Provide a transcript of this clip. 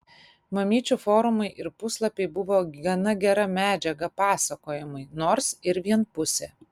mamyčių forumai ir puslapiai buvo gana gera medžiaga pasakojimui nors ir vienpusė